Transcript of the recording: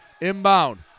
Inbound